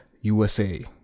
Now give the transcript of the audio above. USA